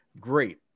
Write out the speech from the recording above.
great